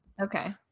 Okay